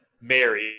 Mary